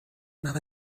نود